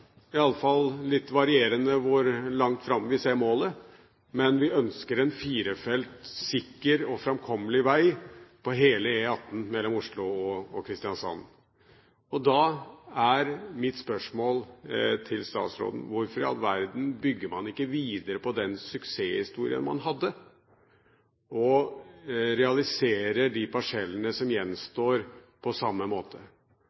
en firefelts, sikker og framkommelig vei på hele E18 mellom Oslo og Kristiansand. Da er mitt spørsmål til statsråden: Hvorfor i all verden bygger man ikke videre på suksesshistorien og realiserer de parsellene som gjenstår på samme måte?